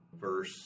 verse